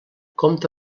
compta